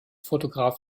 fotograf